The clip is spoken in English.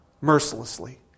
mercilessly